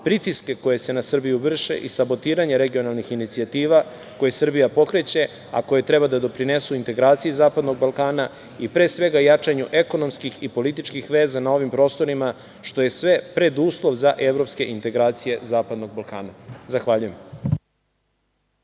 pritiske koji se na Srbiju vrše i sabotiranja regionalnih inicijativa koje Srbija pokreće, a koje treba da doprinesu integraciji zapadnog Balkana i pre svega jačanju ekonomskih i političkih veza na ovim prostorima, što je sve preduslov za evropske integracije zapadnog Balkana? Zahvaljujem.